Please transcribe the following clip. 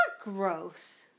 growth